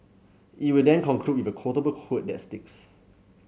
he will then conclude with a quotable quote that sticks